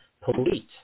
Polite